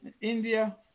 India